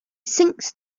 sinks